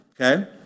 Okay